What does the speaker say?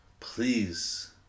Please